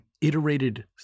iterated